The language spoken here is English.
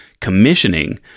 commissioning